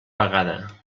vegada